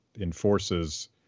enforces